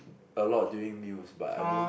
a lot during meals but I don't